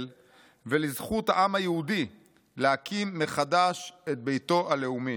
ולזכות העם היהודי להקים מחדש את ביתו הלאומי.